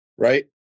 Right